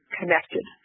connected